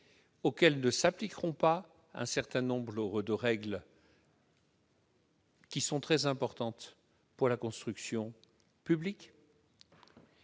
auxquelles ne s'appliqueront pas un certain nombre de règles très importantes pour la construction publique,